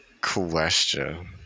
question